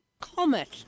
Comet